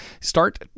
start